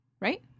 Right